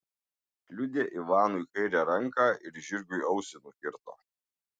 kliudė ivanui kairę ranką ir žirgui ausį nukirto